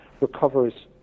recovers